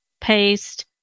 paste